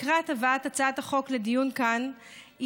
לקראת הבאת הצעת החוק לדיון כאן היא